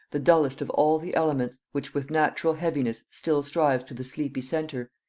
the dullest of all the elements, which with natural heaviness still strives to the sleepy centre,